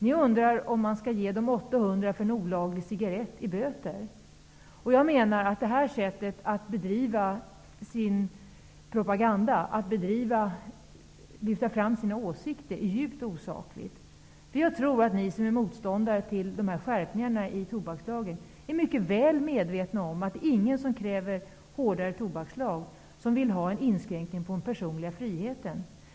Ni undrar om man skall ge dem 800 Jag menar att det här sättet att lyfta fram sina åsikter är djupt osakligt. Jag tror att ni som är motståndare till skärpningarna i tobakslagen är mycket väl medvetna om att ingen av dem som kräver hårdare tobakslag vill ha en inskränkning av den personliga friheten.